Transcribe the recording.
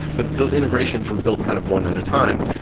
but those integrations were built kind of one at a time.